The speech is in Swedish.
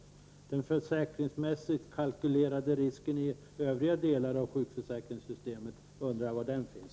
Jag undrar då var den försäkringsmässigt kalkylerade risken i övriga delar av sjukförsäkringssystemet finns.